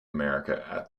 america